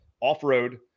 off-road